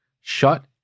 Shut